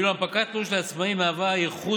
ואילו הנפקת תלוש לעצמאי מהווה ייחוס